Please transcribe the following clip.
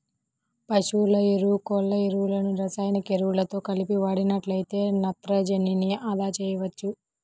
పశువుల ఎరువు, కోళ్ళ ఎరువులను రసాయనిక ఎరువులతో కలిపి వాడినట్లయితే నత్రజనిని అదా చేయవచ్చు